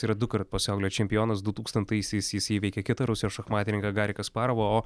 tai yra dukart pasaulio čempionas du tūkstantaisiais jis įveikė kitą rusijos šachmatininką garį kasparovą o